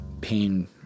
pain